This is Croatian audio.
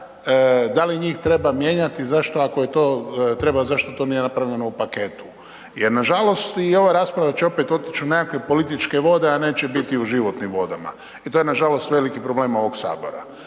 ako to treba, zašto to nije napravljeno u paketu? Jer nažalost i ova rasprava će opet otići u nekakve političke vode a neće biti u životnim vodama. I to je nažalost veliki problem ovog Sabora.